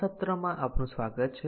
આ સત્રમાં આપનું સ્વાગત છે